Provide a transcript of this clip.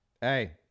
Hey